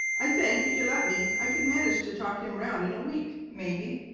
i think, if you let me, i could manage to talk him round in a week, maybe.